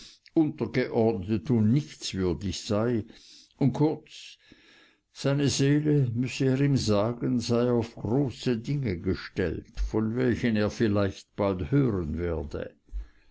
untergeordnet und nichtswürdig sei und kurz seine seele müsse er ihm sagen sei auf große dinge gestellt von welchen er vielleicht bald hören werde